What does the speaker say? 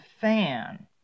fan